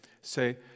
say